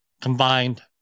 combined